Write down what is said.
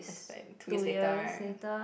that's like two years later right